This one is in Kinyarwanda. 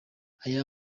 aya